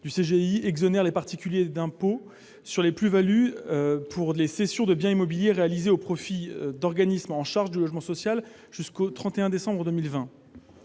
le CGI, exonère les particuliers de l'impôt sur les plus-values pour les cessions de biens immobiliers réalisées au profit d'organismes chargés du logement social jusqu'au 31 décembre 2020.